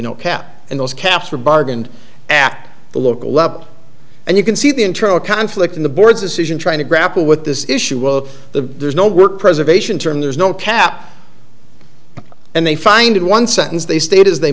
no cap in those caps or bargained at the local level and you can see the internal conflict in the board's decision trying to grapple with this issue well the there's no work preservation term there's no cap and they find in one sentence they state is they